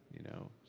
you know.